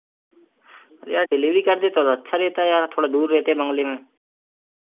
यार डिलीवरी करते तो और अच्छा रहता यार थोड़ा दूर रहते है बंगले में